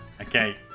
Okay